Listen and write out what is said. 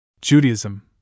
Judaism